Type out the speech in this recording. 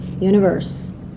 universe